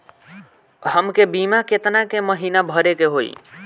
हमके बीमा केतना के महीना भरे के होई?